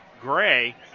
Gray